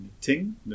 ting